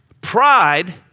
pride